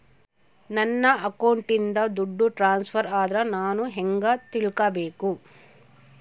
ನನ್ನ ಅಕೌಂಟಿಂದ ದುಡ್ಡು ಟ್ರಾನ್ಸ್ಫರ್ ಆದ್ರ ನಾನು ಹೆಂಗ ತಿಳಕಬೇಕು?